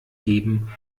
geben